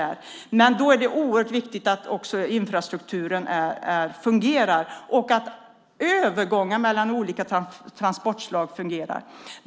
Då är det oerhört viktigt att infrastrukturen fungerar och att övergångar mellan olika transportslag fungerar.